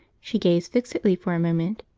she gazed fixedly for a moment,